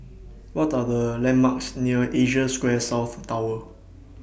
What Are The landmarks near Asia Square South Tower